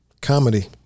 comedy